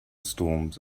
storms